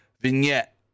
vignette